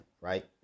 right